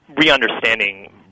re-understanding